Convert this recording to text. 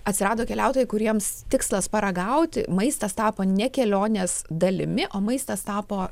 atsirado keliautojai kuriems tikslas paragauti maistas tapo ne kelionės dalimi o maistas tapo